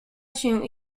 się